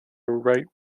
write